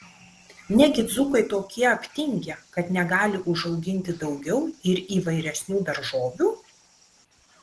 negi dzūkai tokie aptingę kad negali užauginti daugiau ir įvairesnių daržovių